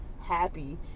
happy